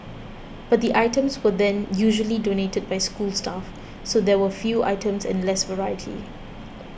but the items were then usually donated by school staff so there were few items and less variety